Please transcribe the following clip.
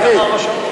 רבותי,